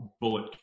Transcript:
bullet